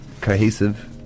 cohesive